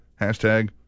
Hashtag